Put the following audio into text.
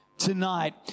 tonight